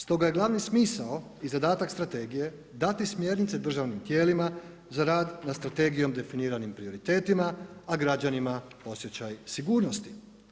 Stoga je glavni smisao i zadatak strategije dati smjernice državnim tijelima za rad nad strategijom definiranim prioritetima a građanima osjećaj sigurnosti.